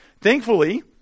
Thankfully